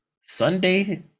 Sunday